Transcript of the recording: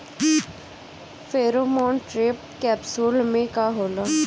Pheromone trap capsule में का होला?